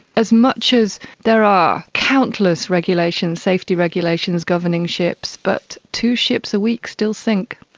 as much as there are countless regulations, safety regulations governing ships, but two ships a week still sink.